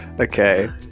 Okay